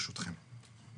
ברשותכם.